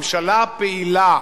ממשלה פעילה,